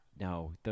no